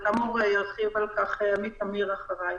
כאמור, ירחיב על כך עמית אמיר אחרי.